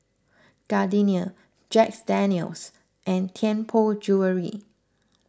Gardenia Jack's Daniel's and Tianpo Jewellery